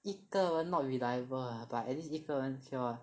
一个人 not reliable lah but at least 一个人 cure lah